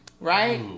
Right